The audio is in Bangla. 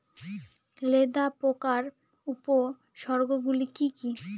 লেদা পোকার উপসর্গগুলি কি কি?